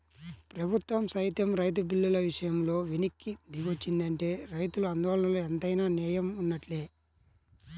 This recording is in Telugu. ప్రభుత్వం సైతం రైతు బిల్లుల విషయంలో వెనక్కి దిగొచ్చిందంటే రైతుల ఆందోళనలో ఎంతైనా నేయం వున్నట్లే